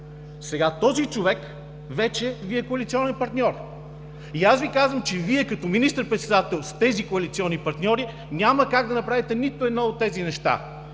Сега този човек вече Ви е коалиционен партньор и аз Ви казвам, че Вие като министър-председател с тези коалиционни партньори няма как да направите нито едно от тези неща.